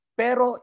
pero